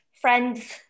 friend's